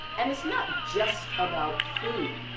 and it's not just about food,